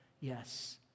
yes